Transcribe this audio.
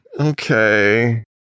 Okay